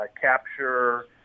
capture